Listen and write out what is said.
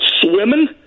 swimming